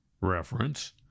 reference